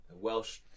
Welsh